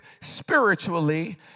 spiritually